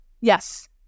Yes